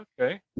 Okay